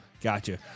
Gotcha